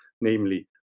namely